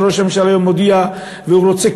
שראש הממשלה היום מודיע והוא רוצה,